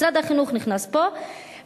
משרד החינוך נכנס פה,